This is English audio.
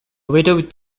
widowed